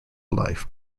life